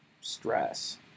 stress